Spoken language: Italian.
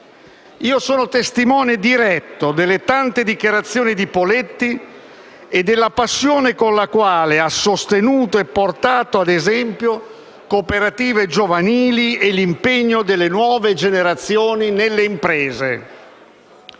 Sono testimone diretto delle tante dichiarazioni di Poletti e della passione con la quale ha sostenuto e portato ad esempio cooperative giovanili e l'impegno delle nuove generazioni nelle imprese.